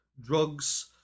drugs